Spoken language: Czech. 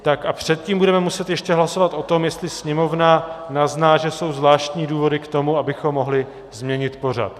Tak a předtím budeme muset ještě hlasovat o tom, jestli sněmovna uzná, že jsou zvláštní důvody k tomu, abychom mohli změnit pořad.